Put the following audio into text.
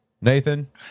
Nathan